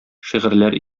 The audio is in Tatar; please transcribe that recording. шигырьләр